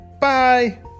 bye